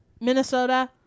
Minnesota